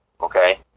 okay